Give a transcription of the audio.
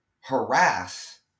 harass